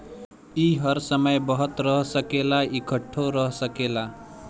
ई हर समय बहत रह सकेला, इकट्ठो रह सकेला